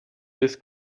this